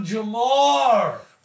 Jamar